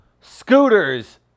scooters